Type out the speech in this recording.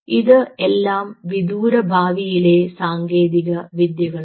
ഇത് എല്ലാം വിദൂരഭാവിയിലെ സാങ്കേതിക വിദ്യകളാണ്